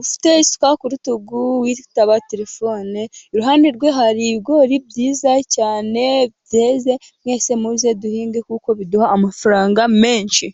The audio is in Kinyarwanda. ufite isuka k'urutugu witaba terefone, iruhande rwe hari ibigori byiza cyane byeze, mwese muze duhinge kuko biduha amafaranga menshi.